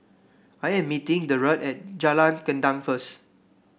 I am meeting Derald at Jalan Gendang first